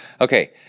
Okay